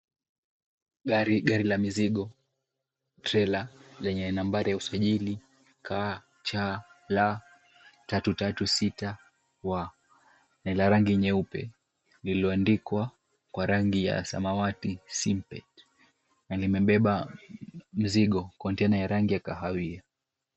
Gari la mizigo trela lenye nambari ya usajili KCL336W ni la rangi nyeupe, lililoandikwa kwa rangi ya samawati “simpet,” na limebeba mzigo container ya rangi ya kahawia